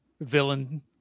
villain